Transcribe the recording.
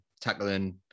tackling